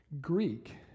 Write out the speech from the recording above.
Greek